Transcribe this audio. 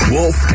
Wolf